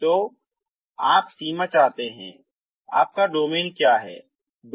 इसलिए यदि आप सीमा चाहते हैं तो डोमेन क्या है